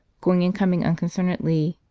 going and coming unconcernedly,